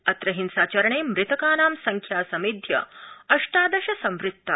अत्र हिंसाचरणे मृतकानां संख्या समेध्य अष्टादश संवृत्ता